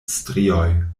strioj